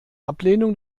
ablehnung